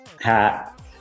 hat